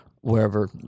wherever